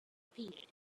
period